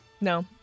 No